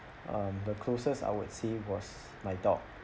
um the closest I would say was my dog